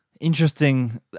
Interesting